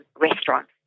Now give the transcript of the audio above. restaurants